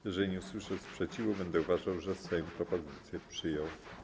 Jeżeli nie usłyszę sprzeciwu, będę uważał, że Sejm propozycję przyjął.